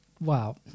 wow